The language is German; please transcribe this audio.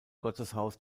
gotteshaus